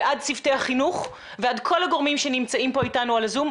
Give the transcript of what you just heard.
ועד צוותי החינוך ועד כל הגורמים שנמצאים פה איתנו על הזום,